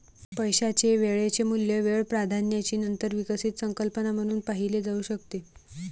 पैशाचे वेळेचे मूल्य वेळ प्राधान्याची नंतर विकसित संकल्पना म्हणून पाहिले जाऊ शकते